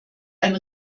ein